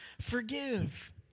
forgive